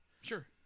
Sure